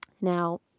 now